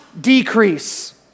decrease